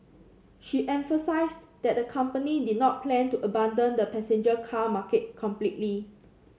she emphasised that the company did not plan to abandon the passenger car market completely